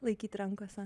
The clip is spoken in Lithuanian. laikyt rankose